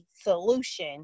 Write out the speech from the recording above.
solution